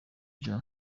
jean